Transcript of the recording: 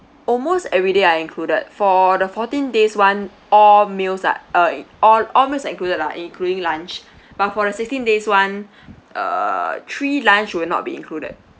almost everyday are included for the fourteen days one all meals are uh all all meals are included lah including lunch but for the sixteen days one err three lunch will not be included